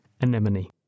anemone